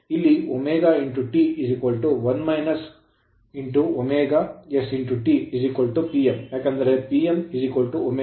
ಇಲ್ಲಿ ωT ωsT Pm ಏಕೆಂದರೆ Pm ω T ಮತ್ತು Pm 1 - s PG